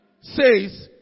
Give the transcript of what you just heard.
says